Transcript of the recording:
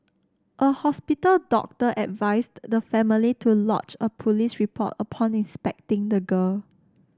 a hospital doctor advised the family to lodge a police report upon inspecting the girl